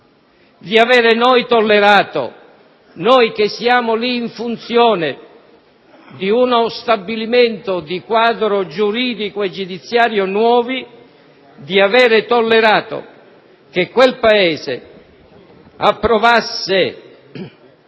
di avere noi tollerato, noi che siamo lì in funzione di uno stabilimento di quadro giuridico e giudiziario nuovi, che quel Paese approvasse